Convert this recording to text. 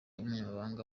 umunyamabanga